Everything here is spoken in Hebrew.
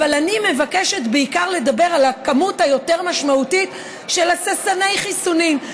אבל אני מבקשת לדבר בעיקר על הכמות המשמעותית יותר של הססני חיסונים,